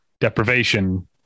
deprivation